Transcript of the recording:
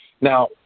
Now